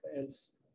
else